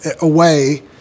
away